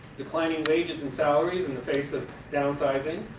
declining wages and salaries in the face of downsizing,